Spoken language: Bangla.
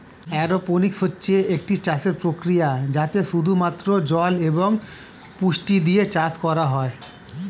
অ্যারোপোনিক্স হচ্ছে একটা চাষের প্রক্রিয়া যাতে শুধু মাত্র জল এবং পুষ্টি দিয়ে চাষ করা হয়